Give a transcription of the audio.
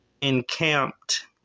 encamped